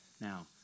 Now